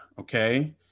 okay